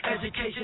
education